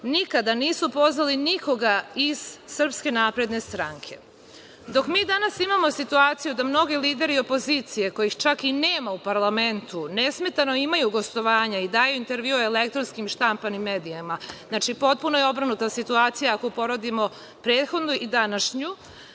nikada nisu pozvali nikoga iz SNS.Dok mi danas imamo situaciju da mnogi lideri opozicije, kojih čak i nema u parlamentu, nesmetano imaju gostovanja i daju intervjue elektronskim i štampanim medijima, potpuno je obrnuta situacija, ako uporedimo prethodnu i današnju,